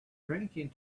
drinking